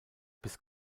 bis